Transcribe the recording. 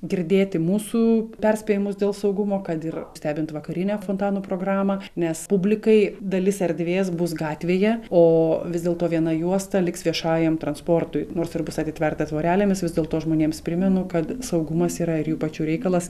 girdėti mūsų perspėjimus dėl saugumo kad ir stebint vakarinę fontano programą nes publikai dalis erdvės bus gatvėje o vis dėlto viena juosta liks viešajam transportui nors ir bus atitverta tvorelėmis vis dėlto žmonėms primenu kad saugumas yra ir jų pačių reikalas